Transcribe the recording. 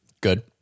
Good